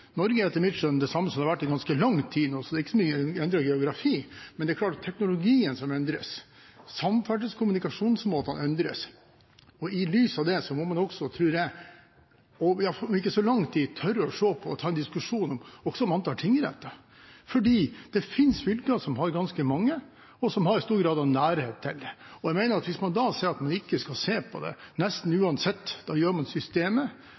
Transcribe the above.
Men det er klart at teknologien endres, samferdsel og kommunikasjonsmåtene endres, og i lys av det må man også, tror jeg, om ikke så lang tid tørre å se på og ta en diskusjon også om antallet tingretter, for det finnes fylker som har ganske mange, og som har stor grad av nærhet mellom dem. Jeg mener at hvis man da sier at man ikke skal se på det, nesten uansett, gjør man systemet,